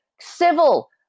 civil